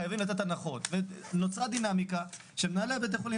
הם חייבים לתת הנחות ונוצרה דינמיקה שמנהלי בתי החולים